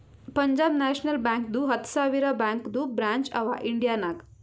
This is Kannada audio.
ಪಂಜಾಬ್ ನ್ಯಾಷನಲ್ ಬ್ಯಾಂಕ್ದು ಹತ್ತ ಸಾವಿರ ಬ್ಯಾಂಕದು ಬ್ರ್ಯಾಂಚ್ ಅವಾ ಇಂಡಿಯಾ ನಾಗ್